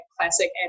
classic